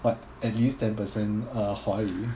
what at least ten percent uh 华语